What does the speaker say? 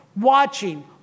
Watching